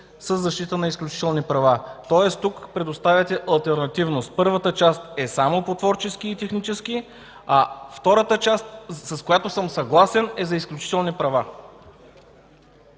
със защита на изключителни права”. Тоест тук предоставяте алтернативност – първата част е само по творчески и технически, а втората част, с която съм съгласен, е за изключителни права.